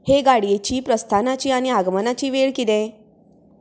हे गाडयेची प्रस्थानाची आनी आगमनाची वेळ कितें